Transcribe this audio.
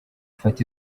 fata